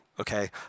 okay